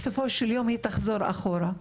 בסופו של יום היא תחזור אחורה.